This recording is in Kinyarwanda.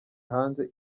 hanze